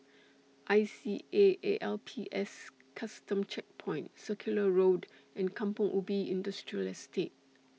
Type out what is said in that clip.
I C A A L P S Custom Checkpoint Circular Road and Kampong Ubi Industrial Estate